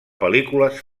pel·lícules